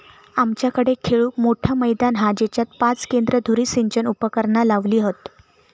आमच्याकडे खेळूक मोठा मैदान हा जेच्यात पाच केंद्र धुरी सिंचन उपकरणा लावली हत